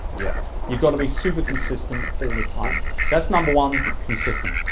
yeah you gotta be super consistent all the time. so that's number one, consistent.